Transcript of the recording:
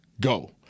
go